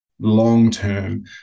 long-term